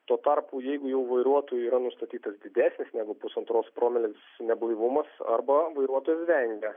tuo tarpu jeigu jau vairuotojui yra nustatytas didesnis negu pusantros promilės neblaivumas arba vairuotojai vengia